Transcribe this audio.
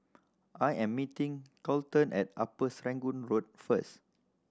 I am meeting Colten at Upper Serangoon Road first